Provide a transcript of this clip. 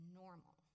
normal